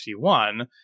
51